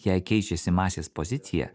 jei keičiasi masės pozicija